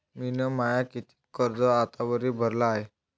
मिन माय कितीक कर्ज आतावरी भरलं हाय?